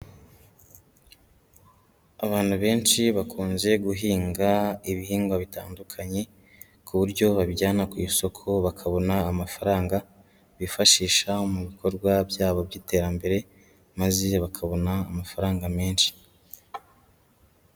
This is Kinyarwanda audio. Abantu benshi bakunze guhinga ibihingwa bitandukanye, ku buryo babijyana ku isoko bakabona amafaranga bifashisha mu bikorwa byabo by'iterambere maze bakabona amafaranga menshi.